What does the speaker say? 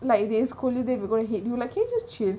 like they scold you then we're gonna to hate you can you just chill